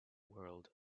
world